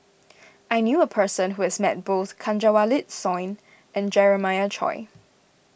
I knew a person who has met both Kanwaljit Soin and Jeremiah Choy